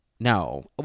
No